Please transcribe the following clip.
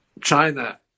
China